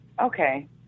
Okay